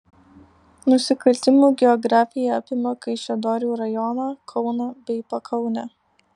nusikaltimų geografija apima kaišiadorių rajoną kauną bei pakaunę